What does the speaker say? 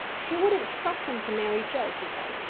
she wouldn't trust them to mary joe, she says.